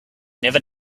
never